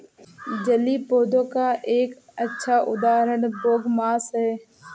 जलीय पौधों का एक अच्छा उदाहरण बोगमास है